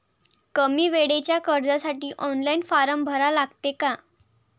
कमी वेळेच्या कर्जासाठी ऑनलाईन फारम भरा लागते का?